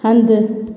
हंधि